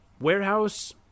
warehouse